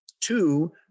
Two